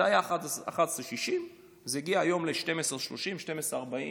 זה היה 11.60, זה הגיע היום ל-12.30, 12.40